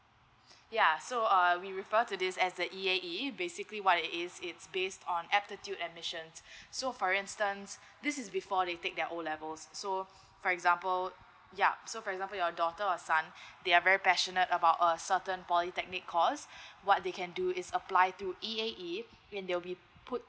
ya so uh we refer to this as the E_A_E basically what it is it's based on aptitude admissions so for instance this is before they take their O levels so for example yup so for example your daughter or son they are very passionate about a certain polytechnic course what they can do is apply through E_A_E and they will be put